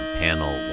panel